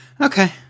Okay